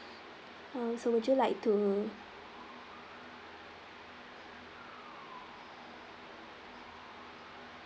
uh so would you like to